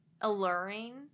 alluring